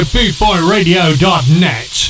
BootBoyRadio.net